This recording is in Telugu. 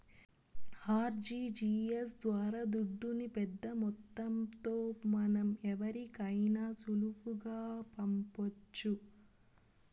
ఆర్టీజీయస్ ద్వారా దుడ్డుని పెద్దమొత్తంలో మనం ఎవరికైనా సులువుగా పంపొచ్చు